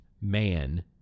man